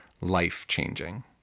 life-changing